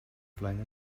flaen